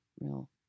real